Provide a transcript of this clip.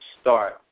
start